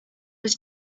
was